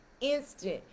instant